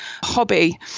hobby